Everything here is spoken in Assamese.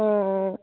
অঁ অঁ